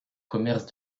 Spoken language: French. commerce